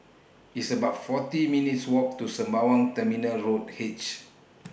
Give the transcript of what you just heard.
It's about forty minutes' Walk to Sembawang Terminal Road H